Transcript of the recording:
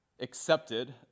accepted